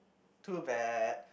too bad